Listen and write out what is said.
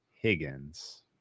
Higgins